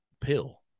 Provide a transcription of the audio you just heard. pill